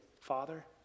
father